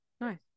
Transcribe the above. Nice